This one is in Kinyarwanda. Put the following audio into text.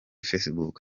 facebook